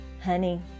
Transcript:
Honey